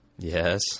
Yes